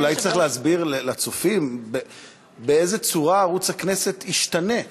אולי צריך להסביר לצופים באיזו צורה ערוץ הכנסת ישתנה.